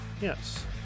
Yes